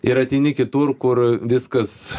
ir ateini kitur kur viskas